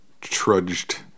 trudged